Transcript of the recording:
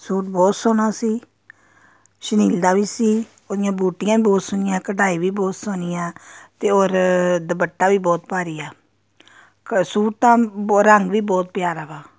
suit ਬਹੁਤ ਸੋਹਣਾ ਸੀ ਸ਼ੁਨੀਲ ਦਾ ਵੀ ਸੀ ਉਹਦੀਆਂ ਬੂਟੀਆਂ ਵੀ ਬਹੁਤ ਸੋਹਣੀਆਂ ਕਢਾਈ ਵੀ ਬਹੁਤ ਸੋਹਣੀ ਆ ਅਤੇ ਔਰ ਦੁਪੱਟਾ ਵੀ ਬਹੁਤ ਭਾਰੀ ਆ ਕ ਸੂਟ ਤਾਂ ਬਹੁਤ ਰੰਗ ਵੀ ਬਹੁਤ ਪਿਆਰਾ ਵਾ